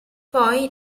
poi